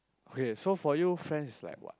okay for you friends is like what